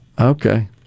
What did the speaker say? Okay